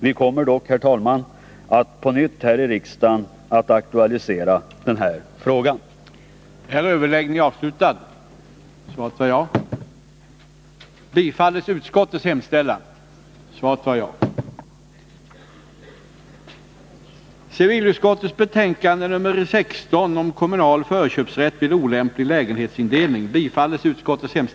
Vi kommer dock, herr talman, att på nytt här i riksdagen aktualisera denna fråga.